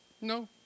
No